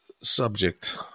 subject